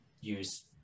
use